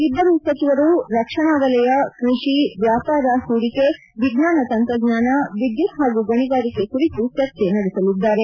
ಇಬ್ಬರೂ ಸಚಿವರು ರಕ್ಷಣಾ ವೆಲಯ ಕ್ವಡಿ ವ್ಯಾಪಾರ ಹೂಡಿಕೆ ವಿಜ್ಞಾನ ತಂತ್ರಜ್ಞಾನ ವಿದ್ಯುತ್ ಹಾಗೂ ಗಣಿಗಾರಿಕೆ ಕುರಿತು ಚರ್ಚಿಸಲಿದ್ದಾರೆ